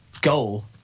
goal